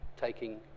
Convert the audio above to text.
taking